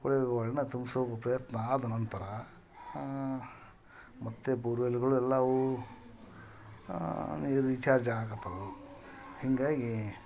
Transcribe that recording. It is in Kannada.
ಕೊಳವೆ ಬಾವಿನ ತುಂಬಿಸೊ ಒಂದು ಪ್ರಯತ್ನ ಆದ ನಂತರ ಮತ್ತೆ ಬೋರ್ವೆಲ್ಗಳು ಎಲ್ಲವು ನೀರು ರಿಚಾರ್ಜ್ ಆಗತಾವೆ ಹೀಗಾಗಿ